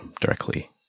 directly